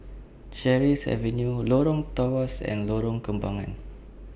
Sheares Avenue Lorong Tawas and Lorong Kembangan